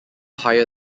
higher